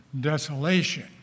desolation